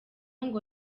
ngo